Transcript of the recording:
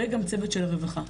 וגם צוות של הרווחה.